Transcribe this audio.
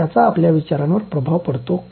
त्याचा आपल्या विचारांवर प्रभाव पडतो का